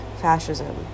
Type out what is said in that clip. fascism